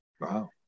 Wow